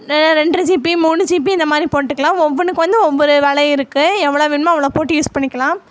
ரெண்ட்ரரை GB மூணு GB இந்த மாதிரி போட்டுக்கலாம் ஒவ்வொன்னுக்கு வந்து ஒவ்வொரு விலை இருக்குது எவ்வளோ வேணுமோ அவ்ளோ போட்டு யூஸ் பண்ணிக்கலாம்